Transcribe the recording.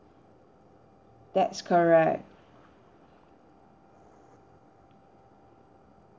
that's correct